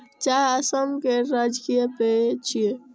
चाय असम केर राजकीय पेय छियै